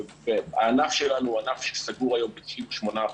הענף שלנו הוא ענף שסגור היום ב-98%.